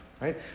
right